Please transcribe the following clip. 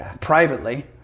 privately